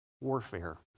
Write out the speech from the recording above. warfare